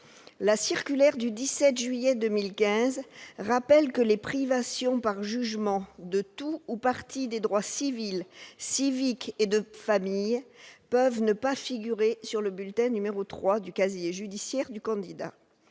La circulaire du 17 juillet 2015 rappelle que les privations par jugement de tout ou partie des droits civils, civiques et de famille peuvent ne pas figurer sur le bulletin n° 3 du casier judiciaire du candidat.